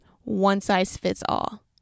one-size-fits-all